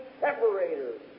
separators